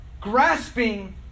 grasping